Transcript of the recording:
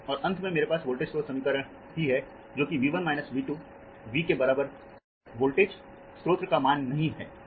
और अंत में मेरे पास वोल्टेज स्रोत समीकरण ही है जो कि V1 माइनस V2 V के बराबर है वोल्टेज स्रोत का मान नहीं है